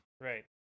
right